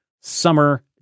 summer